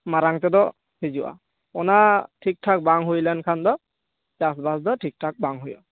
ᱢᱟᱨᱟᱝ ᱛᱮᱫᱚ ᱦᱤᱡᱩᱜᱼᱟ ᱚᱱᱟ ᱴᱷᱤᱠᱴᱷᱟᱠ ᱵᱟᱝ ᱦᱩᱭ ᱞᱮᱱᱠᱷᱟᱱ ᱫᱚ ᱪᱟᱥᱵᱟᱥ ᱫᱚ ᱴᱷᱤᱠᱴᱷᱟᱠ ᱵᱟᱝ ᱦᱩᱭᱩᱜᱼᱟ